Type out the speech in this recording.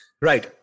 Right